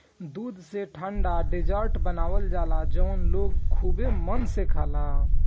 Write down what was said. दूध से ठंडा डेजर्ट बनावल जाला जवन लोग खुबे मन से खाला